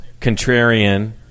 contrarian